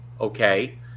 okay